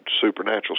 supernatural